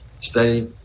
stay